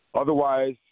Otherwise